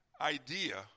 idea